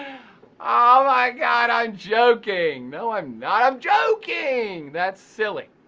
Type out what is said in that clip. ah my god, i'm joking! no i'm not. i'm joking! that's silly.